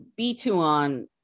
b2on